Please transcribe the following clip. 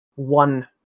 One